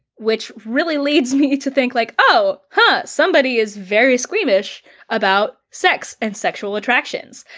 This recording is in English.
which really leads me to think like, oh, hmm, somebody is very squeamish about sex and sexual attractions.